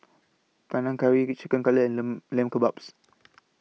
Panang Curry Chicken Cutlet and Lamb Lamb Kebabs